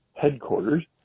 headquarters